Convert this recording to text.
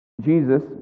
Jesus